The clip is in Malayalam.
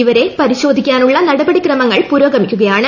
ഇവരെ പരിശോധിക്കാനുള്ള നടപടിക്രമങ്ങൾ പുരോഗമിക്കുകയാണ്